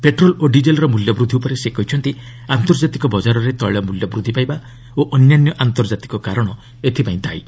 petrol ଓ ଡିଜେଲ୍ର ମଲ୍ୟ ବୃଦ୍ଧି ଉପରେ ସେ କହିଛନ୍ତି ଆନ୍ତର୍ଜାତିକ ବଜାରରେ ତେିଳ ମୂଲ୍ୟ ବୁଦ୍ଧି ପାଇବା ଓ ଅନ୍ୟାନ୍ୟ ଆନ୍ତର୍ଜାତିକ କାରଣ ଏଥିପାଇଁ ଦାୟୀ